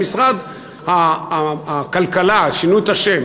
במשרד הכלכלה שינו את השם,